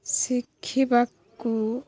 ଶିଖିବାକୁ